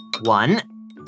one